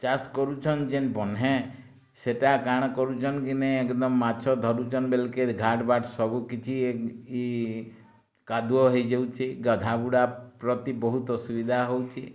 ଚାଷ୍ କରୁଛନ୍ ଯେନ୍ ବହ୍ନେ ସେଟା କାଁଣ କରୁଛନ୍ କିନେ ଏକଦମ୍ ମାଛ ଧରୁଛନ୍ ବେଲକେ ଘାଟ୍ ବାଟ୍ ସବୁ କିଛି ଇ କାଦୁଅ ହେଇ ଯାଉଛି ଗାଧା ବୁଡ଼ା ପ୍ରତି ବହୁତ ଅସୁବିଧା ହଉଛି